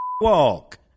walk